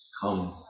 come